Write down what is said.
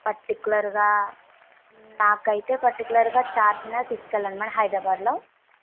పర్టిక్యులర్గా నాకయితే పర్టిక్యులర్గా చార్మినార్ తీసుకెళ్ళండి మ్యామ్ హైదరాబాద్లో